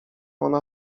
ona